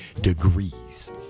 degrees